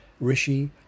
Rishi